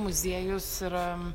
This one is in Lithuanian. muziejus yra